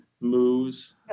moves